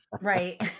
right